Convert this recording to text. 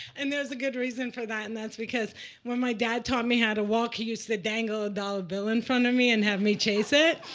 and there's a good reason for that. and that's because when my dad taught me how to walk, he used to dangle a dollar bill in front of me and have me chase it.